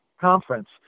conference